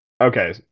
okay